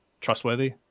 trustworthy